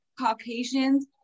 caucasians